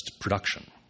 production